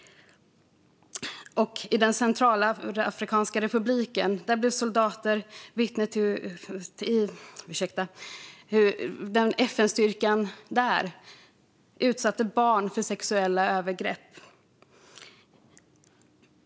I Centralafrikanska republiken blev soldater vittnen till hur FN-styrkan där utsatte barn för sexuella övergrepp.